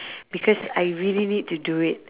because I really need to do it